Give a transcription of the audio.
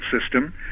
system